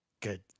Good